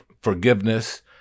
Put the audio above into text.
forgiveness